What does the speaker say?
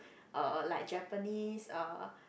uh like Japanese uh